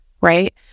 right